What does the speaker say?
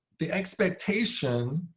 the expectation